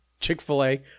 Chick-fil-A